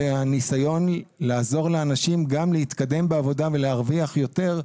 והניסיון לעזור לאנשים גם להתקדם בעבודה ולהרוויח יותר,